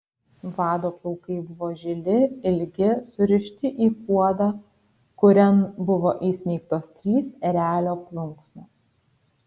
vado plaukai buvo žili ilgi surišti į kuodą kurian buvo įsmeigtos trys erelio plunksnos